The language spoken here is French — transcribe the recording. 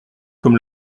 comme